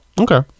Okay